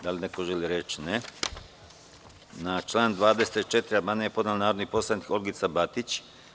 Da li neko želi reč? (Ne) Na član 24. amandman je podneo narodni poslanik Olgica Batić.